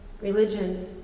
religion